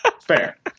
Fair